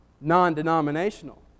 non-denominational